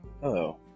Hello